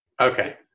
Okay